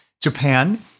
Japan